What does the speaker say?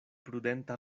prudenta